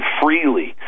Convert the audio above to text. freely